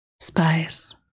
Spice